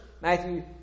Matthew